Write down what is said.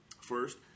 First